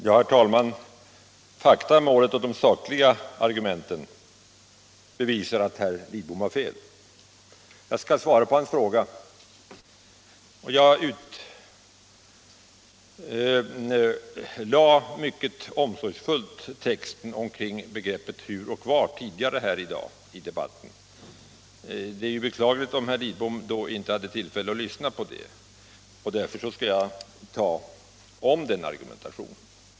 Herr talman! Fakta i målet och de sakliga argumenten bevisar att herr Lidbom har fel. Jag skall svara på hans fråga. Jag lade mycket omsorgsfullt ut texten omkring begreppet ”hur och var” tidigare här i debatten. Det är ju beklagligt om herr Lidbom då inte hade tillfälle att lyssna, och därför skall jag ta om den argumentationen.